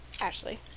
Ashley